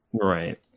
Right